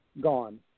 gone